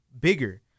bigger